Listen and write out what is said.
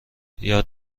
یاد